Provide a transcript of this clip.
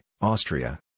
Austria